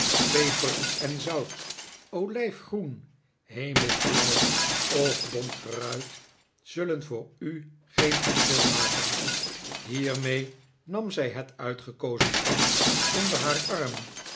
peper-en-zout olijfgroen hemelsblauw of bontgeruit zullen voor u geen verschil maken hiermee nam zij het uitgekozen pak onder haar arm